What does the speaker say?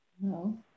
No